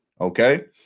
okay